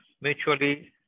mutually